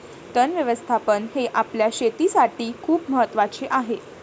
तण व्यवस्थापन हे आपल्या शेतीसाठी खूप महत्वाचे आहे